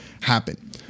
happen